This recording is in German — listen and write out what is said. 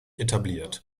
etabliert